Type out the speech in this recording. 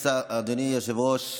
אדוני השר, אדוני היושב-ראש,